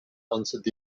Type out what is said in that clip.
answered